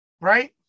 right